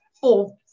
four